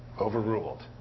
overruled